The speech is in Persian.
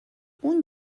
اون